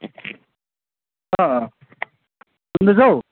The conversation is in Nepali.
अँ सुन्दैछौ